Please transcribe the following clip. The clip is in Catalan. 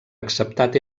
acceptat